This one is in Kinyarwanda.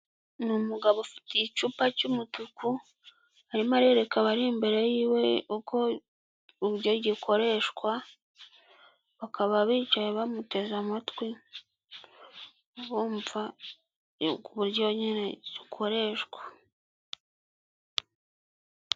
Ni umugabo ufite igicupa cy'umutuku, arimo arerereka abari imbere ye uko gikoreshwa; bakaba bicaye bamuteze amatwi bumva uburyo bagikoresha.